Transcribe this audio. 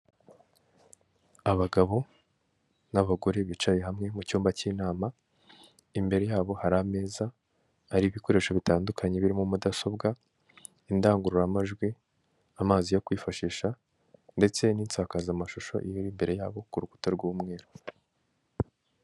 Abagabo n'abagore bicaye hamwe mu cyumba cy'inama, imbere yabo hari ameza ari ibikoresho bitandukanye birimo mudasobwa indangururamajwi amazi yo kwifashisha, ndetse n'insakazamashusho iri imbere yabo ku rukuta rw'umweru.